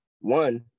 one